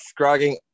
scrogging